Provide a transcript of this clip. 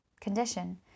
condition